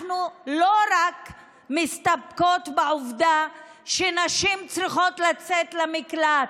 אנחנו לא מסתפקות רק בעובדה שנשים צריכות לצאת למקלט.